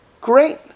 Great